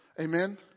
Amen